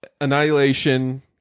Annihilation